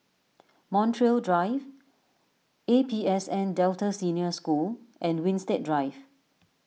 Montreal Drive A P S N Delta Senior School and Winstedt Drive